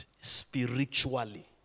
spiritually